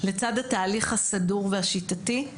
לצד התהליך הסדור והשיטתי,